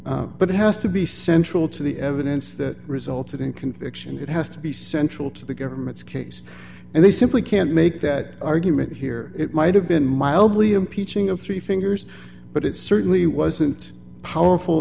trial but it has to be central to the evidence that resulted in conviction it has to be central to the government's case and they simply can't make that argument here it might have been mildly impeaching of three fingers but it certainly wasn't powerful